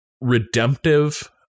redemptive